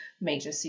major